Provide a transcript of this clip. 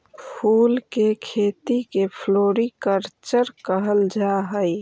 फूल के खेती के फ्लोरीकल्चर कहल जा हई